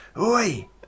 oi